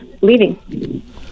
leaving